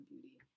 beauty